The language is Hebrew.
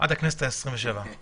עד הכנסת העשרים-ושבע...